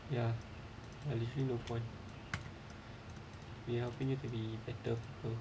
ya I really think no point be helping you to be better